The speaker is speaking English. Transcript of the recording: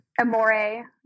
Amore